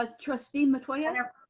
ah trustee metoyer.